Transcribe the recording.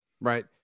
Right